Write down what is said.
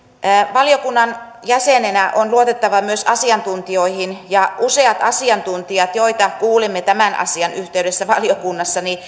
valiokunnan jäsenenä on luotettava myös asiantuntijoihin ja useat asiantuntijat joita kuulimme tämän asian yhteydessä valiokunnassa